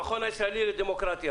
המכון הישראלי לדמוקרטיה,